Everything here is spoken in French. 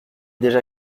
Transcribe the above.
déjà